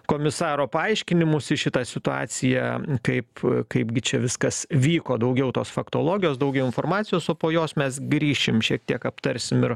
komisaro paaiškinimus į šitą situaciją kaip kaipgi čia viskas vyko daugiau tos faktologijos daugiau informacijos o po jos mes grįšim šiek tiek aptarsim ir